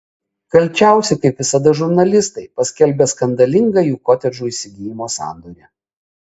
kalčiausi kaip visada žurnalistai paskelbę skandalingą jų kotedžų įsigijimo sandorį